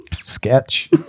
Sketch